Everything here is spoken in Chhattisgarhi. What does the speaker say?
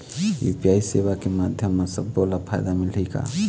यू.पी.आई सेवा के माध्यम म सब्बो ला फायदा मिलही का?